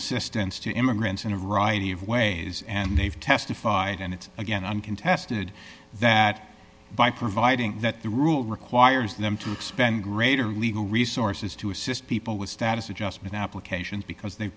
assistance to immigrants in a variety of ways and they've testified and it's again uncontested that by providing that the rule requires them to expend greater legal resources to assist people with status adjustment applications because they've